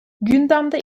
gündemde